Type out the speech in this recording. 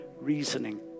reasoning